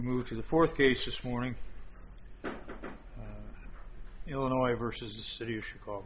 moved to the fourth case this morning illinois versus the city of chicago